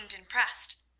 impressed